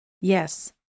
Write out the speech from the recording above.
Yes